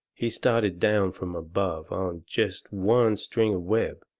he started down from above on jest one string of web,